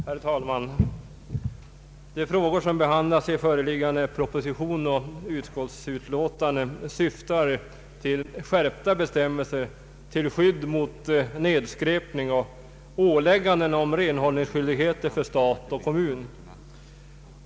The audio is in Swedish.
Herr talman! De frågor som behandlas i föreliggande proposition och utskottsutlåtande gäller skärpta bestämmelser till skydd mot nedskräpning och åläggande om renhållningsskyldigheter för stat och kommun.